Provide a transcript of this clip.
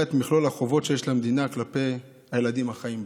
את מכלול החובות שיש למדינה כלפי הילדים החיים בה.